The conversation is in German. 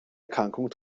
erkrankung